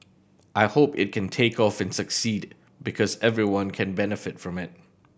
I hope it can take off and succeed because everyone can benefit from it